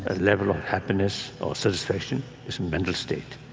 ah level of happiness or satisfaction is a mental state.